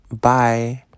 bye